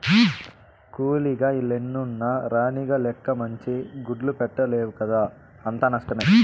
కూలీగ లెన్నున్న రాణిగ లెక్క మంచి గుడ్లు పెట్టలేవు కదా అంతా నష్టమే